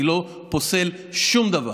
אני לא פוסל שום דבר.